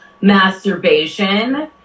masturbation